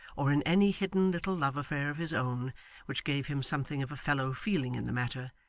or in any hidden little love affair of his own which gave him something of a fellow-feeling in the matter,